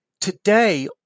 today